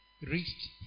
reached